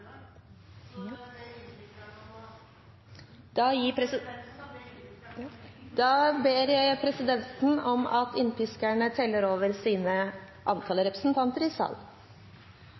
Da ber presidenten om at innpiskerne teller over antall representanter i salen.